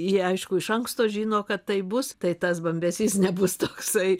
jie aišku iš anksto žino kad taip bus tai tas bambesys nebus toksai